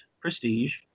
prestige